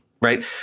right